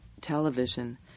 television